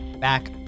back